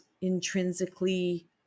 intrinsically